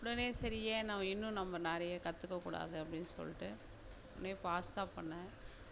உடனே சரி ஏன் நான் இன்னும் நம்ம நிறைய கற்றுக்கக்கூடாது அப்படின்னு சொல்லிட்டு உடனே பாஸ்த்தா பண்ணேன்